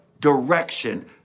direction